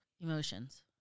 emotions